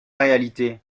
réalité